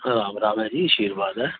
राम राम ऐ जी आशीर्वाद ऐ